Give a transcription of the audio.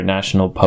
National